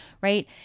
right